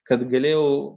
kad galėjau